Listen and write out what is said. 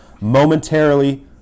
momentarily